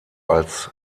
als